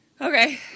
Okay